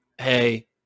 hey